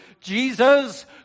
Jesus